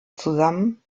zusammen